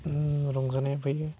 उम रंजानाय फैयो